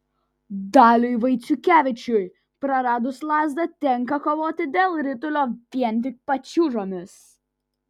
daliui vaiciukevičiui praradus lazdą tenka kovoti dėl ritulio vien tik pačiūžomis